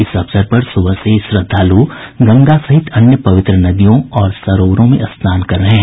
इस अवसर पर सुबह से ही श्रद्धालु गंगा सहित अन्य पवित्र नदियों और सरोवरों में स्नान कर रहे हैं